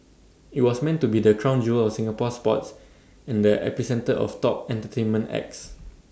IT was meant to be the crown jewel of Singapore sports and the epicentre of top entertainment acts